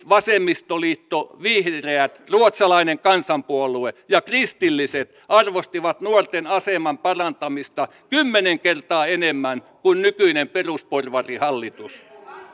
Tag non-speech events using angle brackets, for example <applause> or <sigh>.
<unintelligible> vasemmistoliitto vihreät ruotsalainen kansanpuolue ja kristilliset arvostivat nuorten aseman parantamista kymmenen kertaa enemmän kuin nykyinen perusporvarihallitus